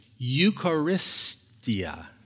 eucharistia